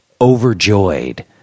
overjoyed